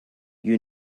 you